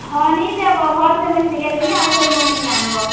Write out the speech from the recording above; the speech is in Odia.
ହଁ ଆନି ଦେବ ଭଲ୍ସେ ମୁଇଁ ସିଲେଇଦେମି ଆଉ ଥରେ ମୋର୍ନିକେ ଆନ୍ବ